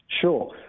Sure